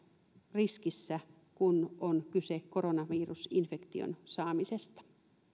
riskissä kun on kyse koronavirusinfektion saamisesta